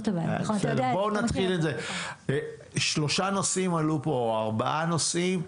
3 נושאים עלו פה, אולי 4 נושאים.